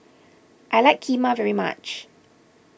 I like Kheema very much